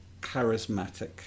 charismatic